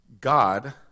God